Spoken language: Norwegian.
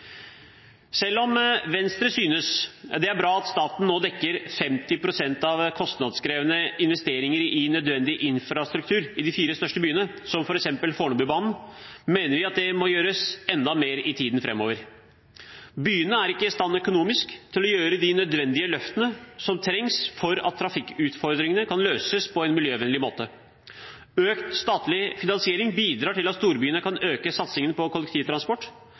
Selv om Venstre synes det er bra at staten nå dekker 50 pst. av kostnadskrevende investeringer i nødvendig infrastruktur i de fire største byene, som f.eks. Fornebubanen, mener vi at det må gjøres enda mer i tiden framover. Byene er ikke i stand økonomisk til å gjøre de nødvendige løftene som trengs for at trafikkutfordringene kan løses på en miljøvennlig måte. Økt statlig finansiering bidrar til at storbyene kan øke satsingen på kollektivtransport.